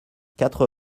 quatre